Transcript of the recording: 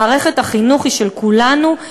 מערכת החינוך היא של כולנו,